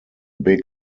big